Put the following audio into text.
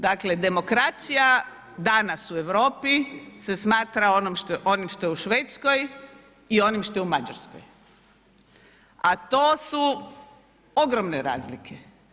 Dakle, demokracija danas u Europi se smatra onim što je u Švedskoj i onim što je u Mađarskoj, a to su ogromne razlike.